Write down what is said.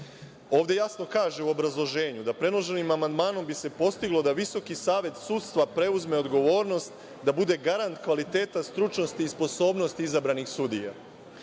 jasno kaže u obrazloženju da predloženim amandmanom bi se postiglo da Visoki savet sudstva preuzme odgovornost, da bude garant kvaliteta stručnosti i sposobnosti izabranih sudija.